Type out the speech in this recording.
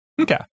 Okay